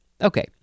okay